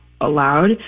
allowed